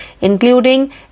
including